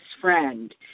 friend